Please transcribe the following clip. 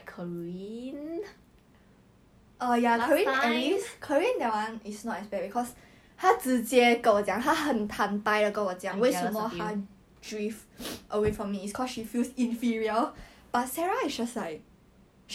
since when were you ever same class as her I forget how adele look like eh